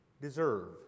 deserve